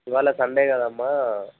ఇవాళ సండే కదా అమ్మ